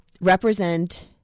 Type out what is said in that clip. represent